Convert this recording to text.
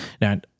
Now